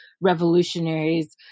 revolutionaries